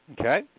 Okay